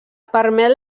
permet